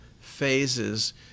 phases